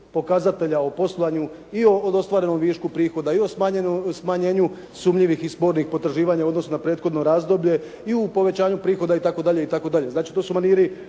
pokazatelja o poslovanju i o ostvarenom višu prihoda i o smanjenju sumnjivih i spornih potraživanja u odnosu na prethodno razdoblje i u povećanju prihoda itd.